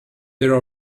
there